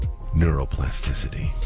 Neuroplasticity